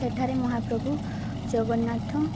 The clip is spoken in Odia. ସେଠାରେ ମହାପ୍ରଭୁ ଜଗନ୍ନାଥ